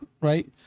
right